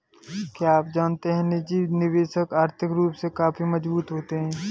क्या आप जानते है निजी निवेशक आर्थिक रूप से काफी मजबूत होते है?